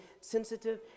sensitive